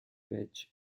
veg